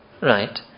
right